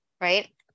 right